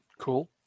Cool